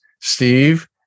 Steve